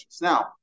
Now